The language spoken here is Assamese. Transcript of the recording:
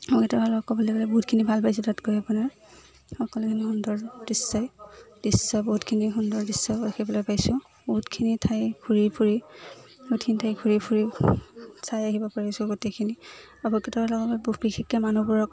অভিজ্ঞতা ফালৰ পৰা ক'বলৈ গ'লে বহুতখিনি ভাল পাইছোঁ তাত গৈ আপোনাৰ সকলোখিনি সুন্দৰ দৃশ্য দৃশ্য বহুতখিনি সুন্দৰ দৃশ্যও ৰাখিবলৈ পাইছোঁ বহুতখিনি ঠাই ঘূৰি ফুৰি বহুতখিনি ঠাই ঘূৰি ফুৰি চাই আহিব পাৰিছোঁ গোটেইখিনি লগত ব বিশেষকৈ মানুহবোৰক